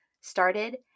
started